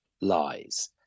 lies